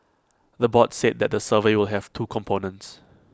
the board said that the survey will have two components